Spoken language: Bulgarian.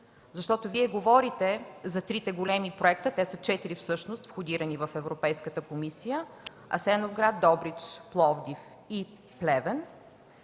доведат. Вие говорите за трите големи проекта, те са четири всъщност, входирани в Европейската комисия – Асеновград, Добрич, Пловдив и Плевен,